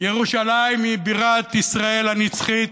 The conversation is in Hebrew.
ירושלים היא בירת ישראל הנצחית,